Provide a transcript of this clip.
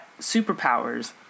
superpowers